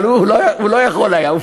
אבל אורי לא יכול היה.